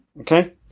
Okay